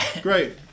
Great